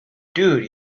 dude